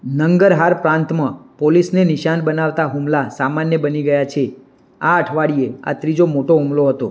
નંગરહાર પ્રાંતમાં પોલીસને નિશાન બનાવતા હુમલા સામાન્ય બની ગયા છે આ અઠવાડિયે આ ત્રીજો મોટો હુમલો હતો